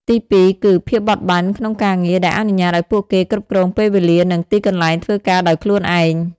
ទីពីរ គឺ ភាពបត់បែនក្នុងការងារ ដែលអនុញ្ញាតឱ្យពួកគេគ្រប់គ្រងពេលវេលា និងទីកន្លែងធ្វើការដោយខ្លួនឯង។